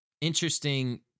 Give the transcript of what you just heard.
interesting